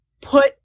put